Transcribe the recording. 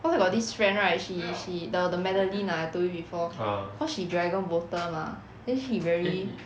cause I got this friend right she she the the madeline ah I told you cause she dragon boater mah then she very